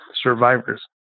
survivors